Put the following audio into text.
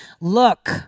Look